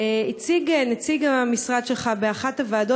הציג נציג המשרד שלך באחת הוועדות,